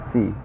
See